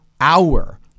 hour